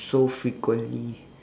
so frequently